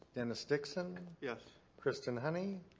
dennis dixon. yes. kristen honey.